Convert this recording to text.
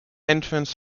entrance